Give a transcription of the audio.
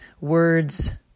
words